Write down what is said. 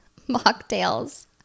mocktails